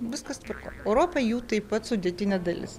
viskas tvarkoj europa jų taip pat sudėtinė dalis